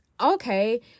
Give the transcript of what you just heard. okay